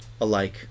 alike